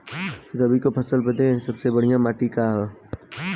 रबी क फसल बदे सबसे बढ़िया माटी का ह?